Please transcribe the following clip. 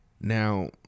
Now